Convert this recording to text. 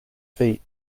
feet